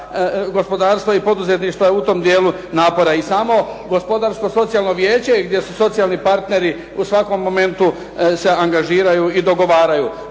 gospodarstva i poduzetništva u tom dijelu napora i samo Gospodarsko-socijalno vijeće gdje su socijalni partneri u svakom momentu se angažiraju i dogovaraju.